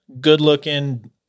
good-looking